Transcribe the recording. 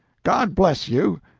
god bless you.